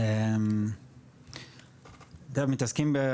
אתם מתעסקים,